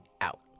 out